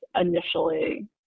initially